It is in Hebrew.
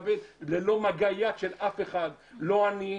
צריך להגיד שיש לזה גם אלמנטים חברתיים